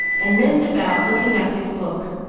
and limped about, looking up his books,